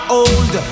old